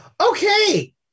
Okay